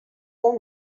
com